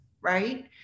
right